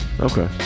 okay